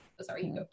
sorry